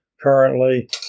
currently